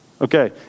Okay